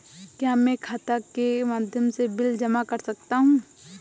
क्या मैं खाता के माध्यम से बिल जमा कर सकता हूँ?